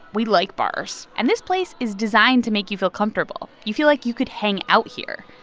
we like bars. and this place is designed to make you feel comfortable. you feel like you could hang out here.